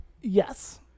Yes